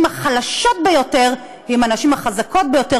החלשות ביותר עם הנשים החזקות ביותר,